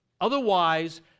Otherwise